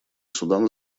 судан